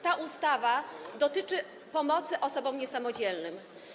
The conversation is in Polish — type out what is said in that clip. Ta ustawa dotyczy pomocy osobom niesamodzielnym.